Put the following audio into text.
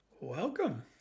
Welcome